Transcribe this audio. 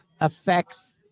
affects